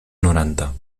noranta